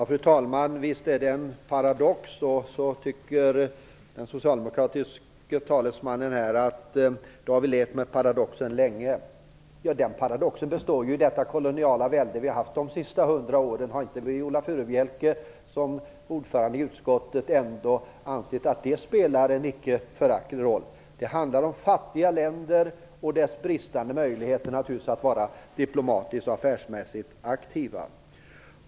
Fru talman! Visst är det en paradox! I så fall, sade den socialdemokratiska talesmannen här, har vi levt med den paradoxen länge. Ja, den paradoxen består i det koloniala välde vi har haft de sista hundra åren! Har inte Viola Furubjelke som ordförande i utskottet insett att det spelar en inte föraktlig roll? Det handlar om fattiga länder och deras bristande möjligheter att vara diplomatiskt och affärsmässigt aktiva.